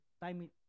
time